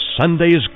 Sunday's